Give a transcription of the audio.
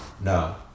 No